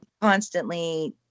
constantly